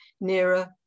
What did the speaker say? nearer